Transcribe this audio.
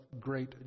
great